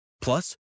Plus